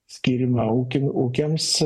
skyrimą ūkin ūkiams